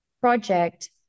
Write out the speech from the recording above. project